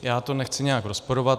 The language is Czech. Já to nechci nijak rozporovat.